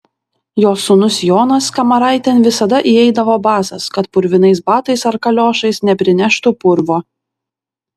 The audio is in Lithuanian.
jos sūnus jonas kamaraitėn visada įeidavo basas kad purvinais batais ar kaliošais neprineštų purvo